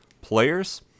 players